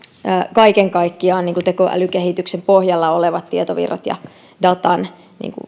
kaiken kaikkiaan tekoälykehityksen pohjalla olevat tietovirrat ja datan